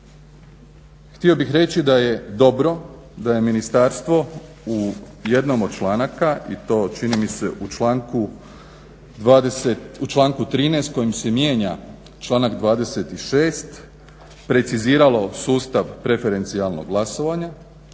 Htio bih reći da je dobro da je ministarstvo u jednom od članaka i to čini mi se u članku 13. kojim se mijenja članak 26. preciziralo sustav preferencijalnog glasovanja